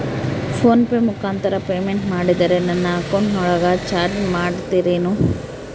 Phone pay ಮುಖಾಂತರ payment ಮಾಡಿದರೆ ನನ್ನ ಅಕೌಂಟಿನೊಳಗ ಚಾರ್ಜ್ ಮಾಡ್ತಿರೇನು?